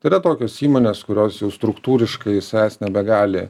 tai yra tokios įmonės kurios jau struktūriškai savęs nebegali